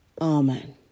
Amen